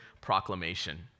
proclamation